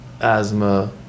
asthma